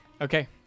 Okay